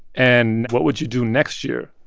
and what would you do next year?